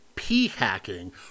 P-hacking